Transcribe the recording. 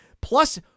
Plus